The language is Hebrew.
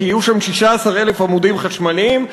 כי יהיו שם 16,000 עמודים חשמליים,